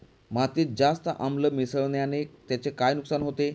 मातीत जास्त आम्ल मिसळण्याने त्याचे काय नुकसान होते?